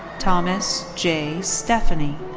thomas j stefany.